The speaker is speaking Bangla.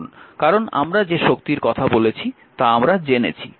কারণ আমরা যে শক্তির কথা বলছি তা আমরা জেনেছি